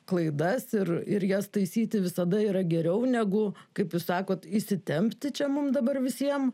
klaidas ir ir jas taisyti visada yra geriau negu kaip jūs sakot įsitempti čia mum dabar visiem